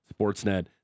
sportsnet